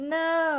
no